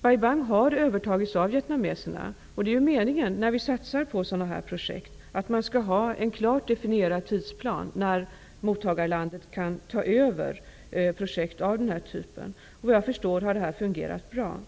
Bai Bang har övertagits av vietnameserna. När vi satsar på sådana här projekt är det ju meningen att det skall finnas en klart definierad tidsplan för när mottagarlandet kan ta över. Såvitt jag förstår har det i detta fall fungerat bra.